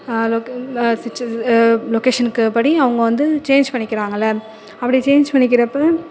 லொக்கேஷனுக்கு படி அவங்க வந்து சேஞ்ச் பண்ணிக்கிறாங்கள்ல அப்படி சேஞ்ச் பண்ணிக்கிறப்போ